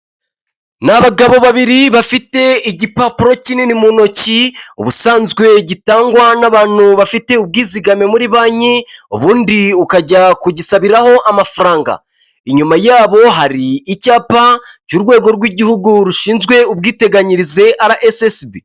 Ni abagabo babiri bafite igipapuro kinini mu ntoki ubusanzwe gitangwa n'abantu bafite ubwizigame muri banki ubundi ukajya kugisabiraho amafaranga, inyuma yabo hari icyapa cy'urwego rw'igihugu rushinzwe ubwiteganyirize RSSB.